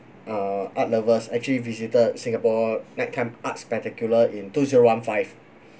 uh art lovers actually visited singapore night time arts spectacular in two zero one five